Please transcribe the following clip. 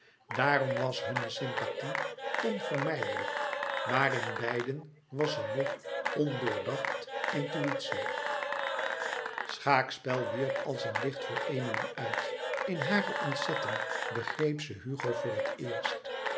daarom was hunne sympathie onvermijdelijk maar in beiden was ze nog ondoordacht intuïtie schaakspel wierp als een licht voor emilie uit in hare ontzetting begreep ze hugo voor het eerst